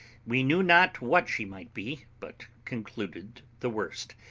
we knew not what she might be, but concluded the worst,